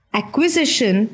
acquisition